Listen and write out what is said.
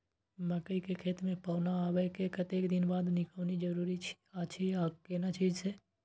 मकई के खेत मे पौना आबय के कतेक दिन बाद निकौनी जरूरी अछि आ केना चीज से?